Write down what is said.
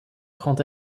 prend